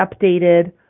updated